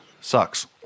sucks